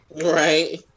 Right